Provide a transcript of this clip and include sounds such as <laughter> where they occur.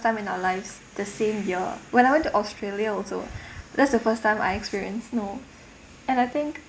time in our lives the same year when I went to australia also <breath> that's the first time I experience snow and I think